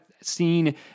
seen